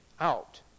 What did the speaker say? out